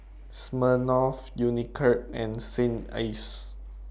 Smirnoff Unicurd and Saint Ives